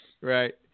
Right